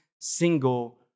single